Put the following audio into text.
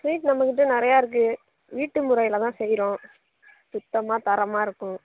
sweet நம்மக்கிட்ட நிறையா இருக்குது வீட்டு முறையில் தான் செய்கிறோம் சுத்தமாக தரமாக இருக்கும்